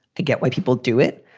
i get why people do it.